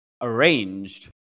arranged